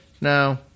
no